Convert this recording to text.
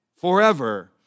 forever